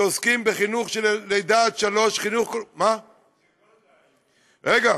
שעוסקים בחינוך מלידה עד גיל שלוש זה גולדה המציאה.